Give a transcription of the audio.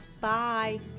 bye